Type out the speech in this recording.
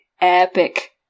epic